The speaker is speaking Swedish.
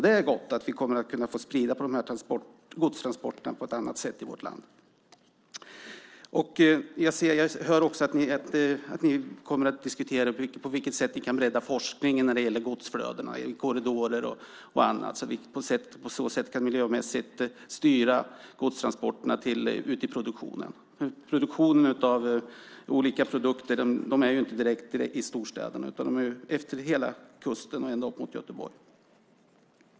Det är gott att vi kommer att kunna få spridning på de här godstransporterna på ett annat sätt i vårt land. Jag hör också att man kommer att diskutera på vilket sätt vi kan bredda forskningen när det gäller godsflödena i korridorer och annat så att vi på så sätt kan miljömässigt styra godstransporterna ut till produktionen. Produktionen av olika produkter finns ju inte direkt i storstäderna, utan den finns utefter hela kusten och upp emot Göteborg.